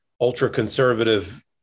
ultra-conservative